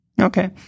Okay